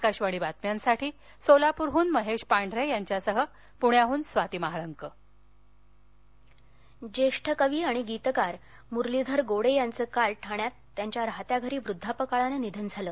आकाशवाणी बातम्यासाठी सोलापूरहून महेश पांठरेसह स्वाती महाळंक पुणे निधन ज्येष्ठ कवी आणि गीतकार मुरलीधर गोडे यांचं काल ठाण्यात त्यांच्या राहत्या घरी वृद्वापकाळानं निधन झालं